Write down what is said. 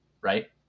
Right